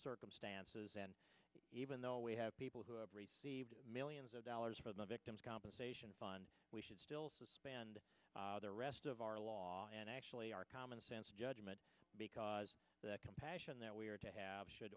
circumstances and even though we have people who have received millions of dollars for the victims compensation fund we should still suspend the rest of our law and actually our common sense judgment because the compassion that we are to have should